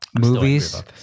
movies